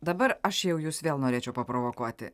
dabar aš jau jus vėl norėčiau paprovokuoti